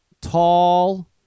tall